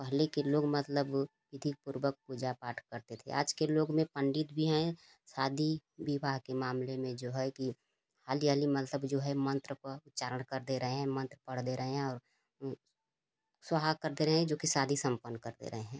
पहले के लोग मतलब विधिपूर्वक पूजा पाठ करते थे आज के लोग में पंडित भी हैं सादी विवाह के मामले में जो है कि हाली हाली मतलब जो है मंत्र का उच्चारण कर दे रहे हैं मंत्र पढ़ दे रहे हैं और स्वाहा कर दे रहे हैं जो कि शादी सम्पन्न कर दे रहे हैं